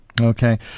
Okay